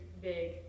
big